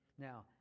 Now